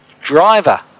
driver